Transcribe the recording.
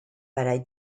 para